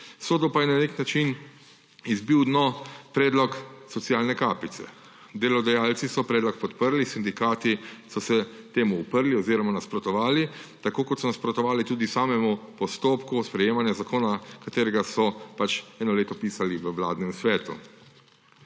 Sodu pa je na neki način izbil dno predlog socialne kapice. Delodajalci so predlog podprli, sindikati so se temu uprli oziroma nasprotovali, tako kot so nasprotovali tudi samemu postopku sprejemanja zakona, katerega so pač eno leto pisali v vladnem svetu.